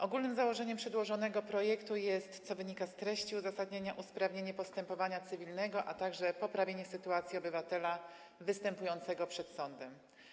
Ogólnym założeniem przedłożonego projektu jest, jak wynika z treści uzasadnienia, usprawnienie postępowania cywilnego, a także poprawienie sytuacji obywatela występującego przed sądem.